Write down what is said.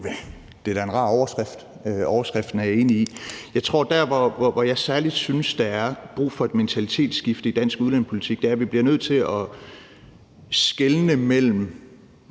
Det er da en rar overskrift. Overskriften er jeg enig i. Jeg tror, at dér, hvor jeg særlig synes der er brug for et mentalitetsskifte i dansk udlændingepolitik, er, at vi bliver nødt til at skelne mellem